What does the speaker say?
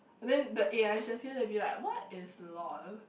but then the a_i she'll say like what is lol